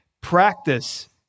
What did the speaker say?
practice